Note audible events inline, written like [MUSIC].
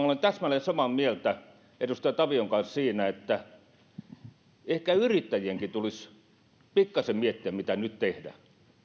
[UNINTELLIGIBLE] olen täsmälleen samaa mieltä edustaja tavion kanssa että ehkä yrittäjienkin tulisi pikkasen miettiä mitä nyt tehdä